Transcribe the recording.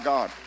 God